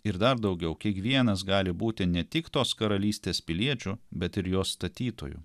ir dar daugiau kiekvienas gali būti ne tik tos karalystės piliečiu bet ir jos statytoju